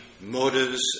motives